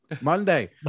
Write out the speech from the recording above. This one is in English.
Monday